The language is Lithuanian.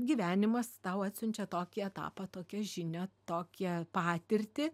gyvenimas tau atsiunčia tokį etapą tokią žinią tokią patirtį